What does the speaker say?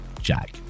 Jack